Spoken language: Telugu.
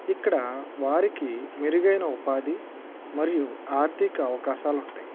ఇక్కడ వారికి మెరుగైన ఉపాధి మరియు ఆర్ధిక అవకాశలు ఉంటాయి